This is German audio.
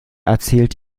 erzählt